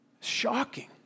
Shocking